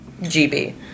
GB